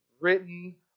written